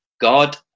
God